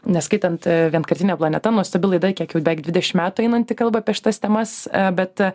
neskaitant vienkartinė planeta nuostabi laida kiek jau beveik dvidešimt metų einanti kalba apie šitas temas bet